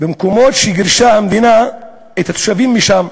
במקומות שהמדינה גירשה את התושבים מהם,